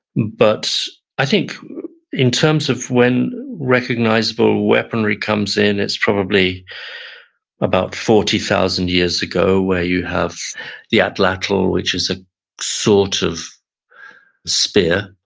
but i think in terms of when recognizable weaponry comes in, it's probably about forty thousand years ago, where you have the atlatl which is a sort of spear,